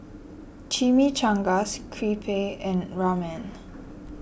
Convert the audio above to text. Chimichangas Crepe and Ramen